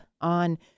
on